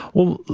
well,